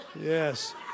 Yes